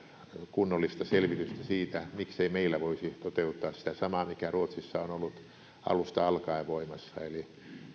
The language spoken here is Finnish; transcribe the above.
kunnollista selvitystä siitä miksei meillä voisi toteuttaa sitä samaa mikä ruotsissa on ollut alusta alkaen voimassa eli